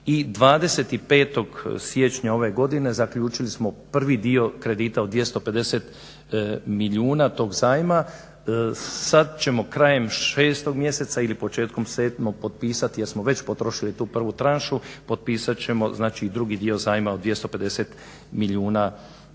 i 25. siječnja ove godine zaključili smo prvi dio kredita od 250 milijuna tog zajma. Sad ćemo krajem šestog mjeseca ili početkom sedmog potpisati jer smo već potrošili tu prvu tranšu, potpisat ćemo znači i drugi dio zajma od 250 milijuna kuna.